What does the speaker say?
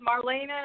Marlena